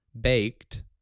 baked